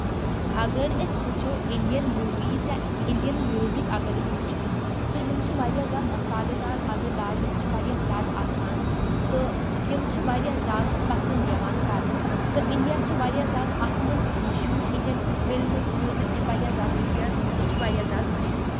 اَگر أسۍ وٕچھو اِنڈین موٗویٖز یا اِنڈین میوٗزِک اَگر أسۍ وٕچھوون تہٕ یِم چھِ واریاہ زیادٕ مصالے دار مَزیدار یِم چھِ واریاہ زیادٕ آسان تہٕ یِم چھِ واریاہ زیادٕ پَسند یِوان کرنہٕ تہٕ اِنڈیا چھُ واریاہ زیادٕ اَتھ منٛز مشہوٗر اِنڈین فِلمٕز میوٗزِک چھُ واریاہ زیادٕ اِنڈیا یہِ چھُ واریاہ زیادٕ مَشہوٗر